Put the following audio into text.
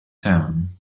town